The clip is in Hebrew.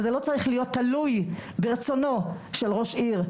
אבל זה לא צריך להיות תלוי ברצונו של ראש עיר.